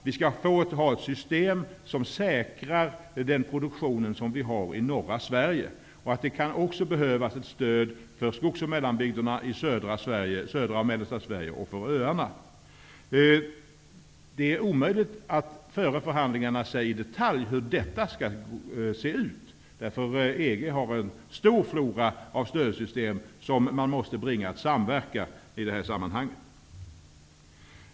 Vi skall få ett regionalt system som säkrar den produktion som vi har i norra Sverige. Det kan också behövas ett stöd för skogsoch mellanbygderna i södra och mellersta Sverige och för öarna. Det är omöjligt att före förhandlingarna i detalj säga hur detta skall se ut. EG har en stor flora av stödsystem som man måste bringa att samverka i det här sammanhanget.